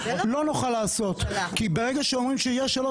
לא נוכל לעשות אותו כי ברגע שאומרים שיהיו שלוש